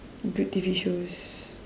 good T_V shows